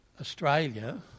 Australia